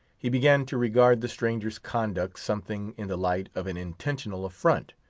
he began to regard the stranger's conduct something in the light of an intentional affront,